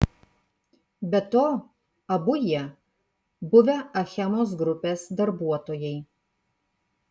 be to abu jie buvę achemos grupės darbuotojai